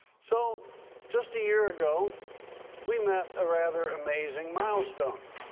so just a year ago we met a rather amazing milestone.